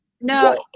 No